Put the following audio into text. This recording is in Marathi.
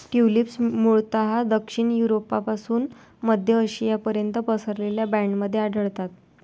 ट्यूलिप्स मूळतः दक्षिण युरोपपासून मध्य आशियापर्यंत पसरलेल्या बँडमध्ये आढळतात